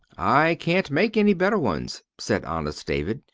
i can't make any better ones, said honest david.